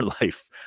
life